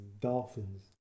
dolphins